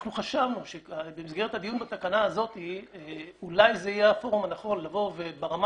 אנחנו חשבנו שבמסגרת הדיון בתקנה הזאת אולי זה יהיה הפורום הנכון ברמה